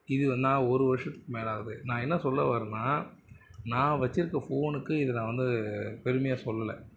இது நான் ஒரு வருஷத்துக்கு மேலாகுது நான் என்ன சொல்ல வரேனால் நான் வச்சுருக்க ஃபோனுக்கு இதை நான் வந்து பெருமையாக சொல்லலை